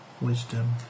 wisdom